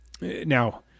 Now